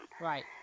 Right